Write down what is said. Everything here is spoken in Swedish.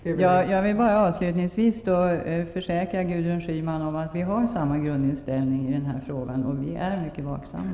Fru talman! Jag vill avslutningsvis försäkra Gudrun Schyman om att vi har samma grundinställning i denna fråga och att vi är mycket vaksamma.